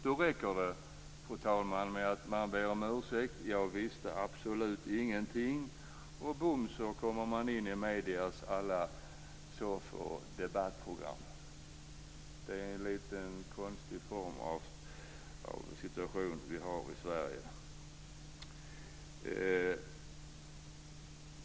Då räcker det, fru talman, med att man ber om ursäkt och säger att "jag visste absolut ingenting", och bom så kommer man in i mediernas alla soff och debattprogram. Det är en lite konstig situation vi har i Sverige.